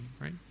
right